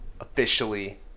Officially